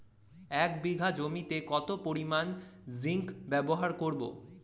এক বিঘা জমিতে কত পরিমান জিংক ব্যবহার করব?